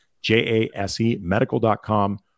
J-A-S-E-Medical.com